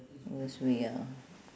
worst way ya